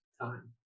time